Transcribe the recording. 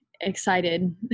excited